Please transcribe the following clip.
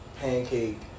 pancake